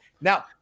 now